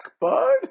bud